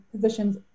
positions